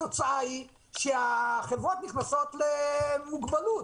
התוצאה היא שהחברות נכנסות למוגבלות,